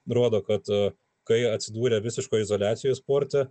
rodo kad kai atsidūrė visiškoj izoliacijoj sporte